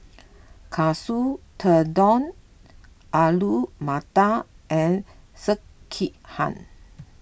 Katsu Tendon Alu Matar and Sekihan